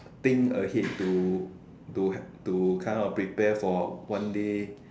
think ahead to to ha to kinda prepare for one day